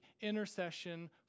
intercession